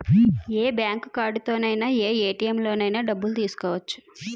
ఏ bank కార్డుతోనైన ఏ ATM లోనైన డబ్బులు తీసుకోవచ్చు